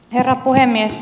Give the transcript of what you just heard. herra puhemies